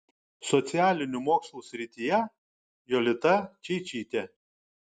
socialinių mokslų srityje jolita čeičytė